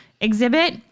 exhibit